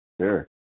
Sure